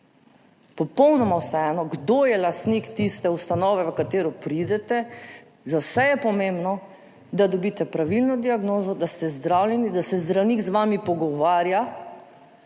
popolnoma vseeno, kdo je lastnik tiste ustanove, v katero pridete, za vse je pomembno, da dobite pravilno diagnozo, da ste zdravljeni, da se zdravnik z vami pogovarja,